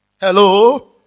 Hello